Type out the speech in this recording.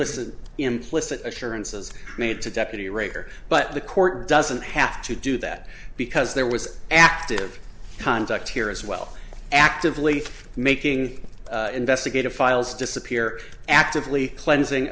complicit implicit assurances made to deputy rater but the court doesn't have to do that because there was active conduct here as well actively making investigative files disappear actively cleansing